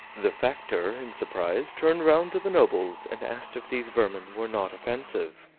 the factor, in surprise, turned round to the nobles and asked if these vermin were not offensive.